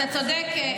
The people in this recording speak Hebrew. אתה צודק,